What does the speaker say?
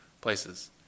places